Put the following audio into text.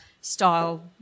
style